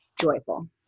joyful